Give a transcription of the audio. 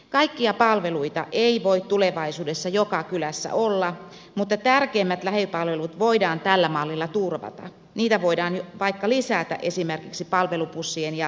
kaikkia palveluita ei voi tulevaisuudessa joka kylässä olla mutta tärkeimmät lähipalvelut voidaan tällä mallilla turvata niitä voidaan vaikka lisätä esimerkiksi palvelubussien ja telelääketieteen avulla